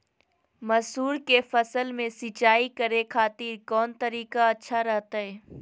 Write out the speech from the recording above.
मसूर के फसल में सिंचाई करे खातिर कौन तरीका अच्छा रहतय?